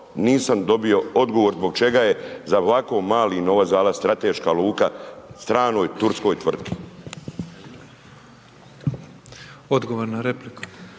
nisam dobio odgovor zbog čega je za ovako mali novac, za vas strateška luka stranoj turskoj tvrtki? **Petrov, Božo